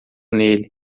nele